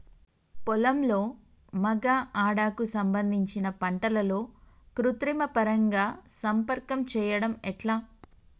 పొలంలో మగ ఆడ కు సంబంధించిన పంటలలో కృత్రిమ పరంగా సంపర్కం చెయ్యడం ఎట్ల?